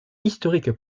historique